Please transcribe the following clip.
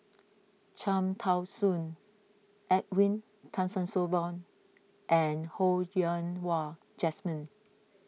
Cham Tao Soon Edwin Tessensohn and Ho Yen Wah Jesmine